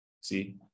See